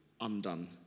undone